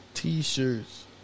T-shirts